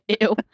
Ew